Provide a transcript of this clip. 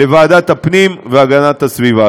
לוועדת הפנים והגנת הסביבה.